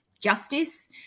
justice